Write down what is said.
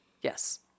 yes